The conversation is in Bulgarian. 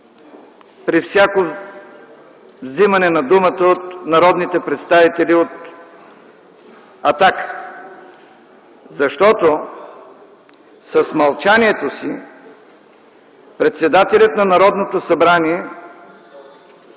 при всяко взимане на думата от народните представители от „Атака”. Защото с мълчанието си председателят на Народното събрание